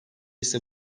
ise